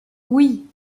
oui